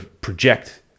project